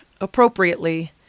appropriately